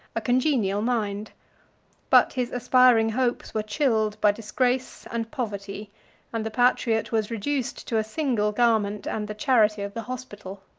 a congenial mind but his aspiring hopes were chilled by disgrace and poverty and the patriot was reduced to a single garment and the charity of the hospital.